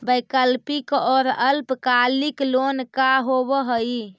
वैकल्पिक और अल्पकालिक लोन का होव हइ?